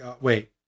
wait